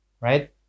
right